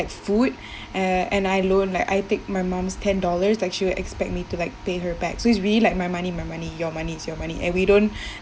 food uh and I loan like I take my mum's ten dollars that she would expect me to like pay her back so is really like my money my money your money is your money and we don't